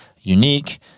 unique